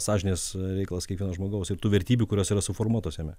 sąžinės reikalas kiekvieno žmogaus ir tų vertybių kurios yra suformuotos jame